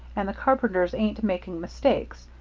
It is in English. and the carpenters ain't making mistakes,